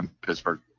Pittsburgh